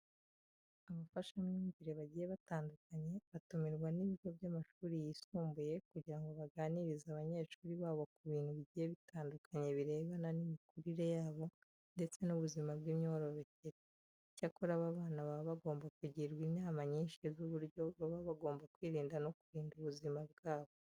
Abafashamyumvire bagiye batandukanye batumirwa n'ibigo by'amashuri yisumbuye, kugira ngo baganirize abanyeshuri babo ku bintu bigiye bitandukanye birebana n'imikurire yabo ndetse n'ubuzima bw'imyororokere. Icyakora aba bana baba bagomba kugirwa inama nyinshi z'uburyo baba bagomba kwirinda no kurinda ubuzima bwabo.